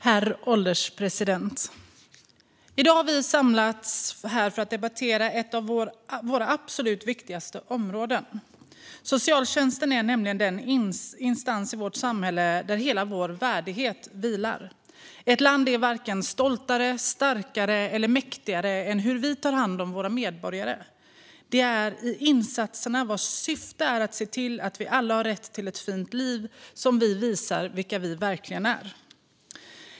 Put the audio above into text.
Herr ålderspresident! I dag har vi samlats här för att debattera ett av våra absolut viktigaste områden. Socialtjänsten är nämligen den instans i vårt samhälle där hela vår värdighet vilar. Ett land är varken stoltare, starkare eller mäktigare än hur det tar hand om sina medborgare. Det är i insatserna vars syfte är att se till att vi alla har rätt till ett fint liv som vi visar vilka vi verkligen är.